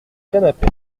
canapé